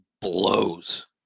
blows